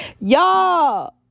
y'all